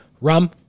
rum